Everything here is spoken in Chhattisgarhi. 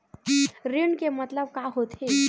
ऋण के मतलब का होथे?